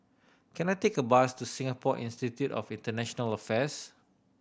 can I take a bus to Singapore Institute of International Affairs